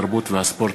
התרבות והספורט.